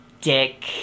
dick